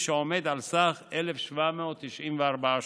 שעומד על סך 1,794 שקלים.